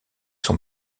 sont